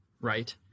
right